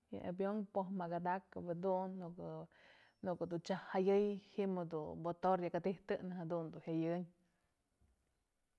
Yë avion poj mëkëdakëp jedun kë ko'o dun chyaj jëyëy ji'im jedun motor yaj jadijtëtnë jadun dun jyëyënyë.